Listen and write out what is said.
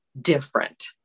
different